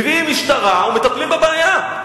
מביאים משטרה ומטפלים בבעיה.